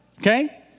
Okay